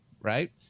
right